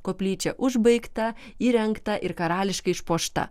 koplyčia užbaigta įrengta ir karališkai išpuošta